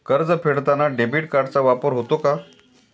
कर्ज फेडताना डेबिट कार्डचा वापर होतो का?